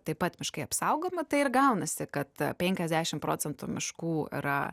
taip pat miškai apsaugomi tai ir gaunasi kad penkiasešim procentų miškų yra